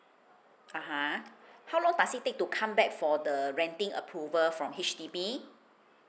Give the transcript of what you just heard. (uh huh) how long does it take to come back for the renting approval from H_D_B